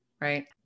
right